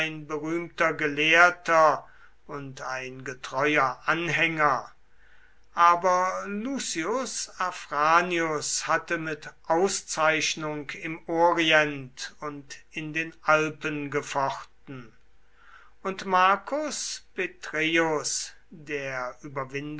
berühmter gelehrter und ein getreuer anhänger aber lucius afranius hatte mit auszeichnung im orient und in den alpen gefochten und marcus petreius der überwinder